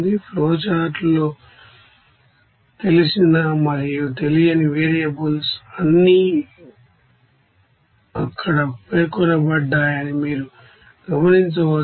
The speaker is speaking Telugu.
ఫ్లోఛార్టులో తెలిసిన మరియు తెలియని వేరియబుల్స్ అన్నీ అక్కడ పేర్కొనబడ్డాయని మీరు గమనించవచ్చు